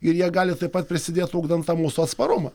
ir jie gali taip pat prisidėt ugdant tą mūsų atsparumą